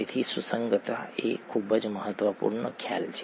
તેથી સુસંગતતા એ ખૂબ જ મહત્વપૂર્ણ ખ્યાલ છે